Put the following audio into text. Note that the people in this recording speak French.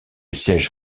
siège